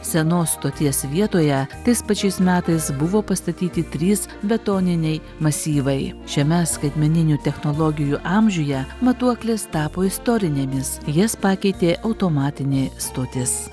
senos stoties vietoje tais pačiais metais buvo pastatyti trys betoniniai masyvai šiame skaitmeninių technologijų amžiuje matuoklės tapo istorinėmis jas pakeitė automatinė stotis